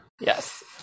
yes